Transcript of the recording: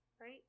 Right